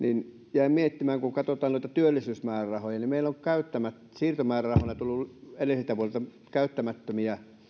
jäin miettimään että kun katsotaan noita työllisyysmäärärahoja niin meillä on siirtomäärärahoina tullut edellisiltä vuosilta käyttämättömiä